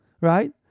right